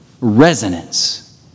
resonance